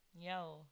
yo